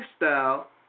lifestyle